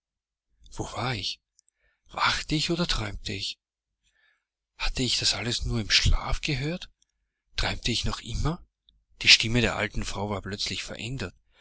wo war ich wachte ich oder träumte ich hatte ich das alles nur im schlafe gehört träumte ich noch immer die stimme der alten frau war plötzlich verändert